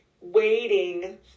waiting